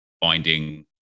finding